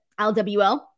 lwl